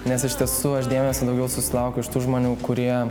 nes iš tiesų aš dėmesio daugiau sulaukiu iš tų žmonių kurie